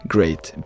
Great